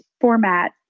format